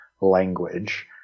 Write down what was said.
language